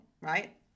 right